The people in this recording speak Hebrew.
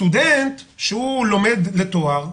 סטודנט שהוא לומד לתואר,